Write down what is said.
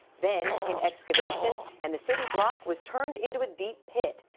then. came excavation and the city block was turned into a deep pit.